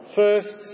first